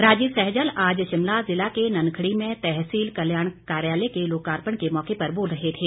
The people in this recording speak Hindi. राजीव सहजल आज शिमला ज़िला के ननखड़ी में तहसील कल्याण कार्यालय के लोकार्पण के मौके पर बोल रहे थे